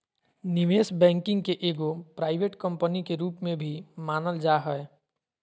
निवेश बैंकिंग के एगो प्राइवेट कम्पनी के रूप में भी मानल जा हय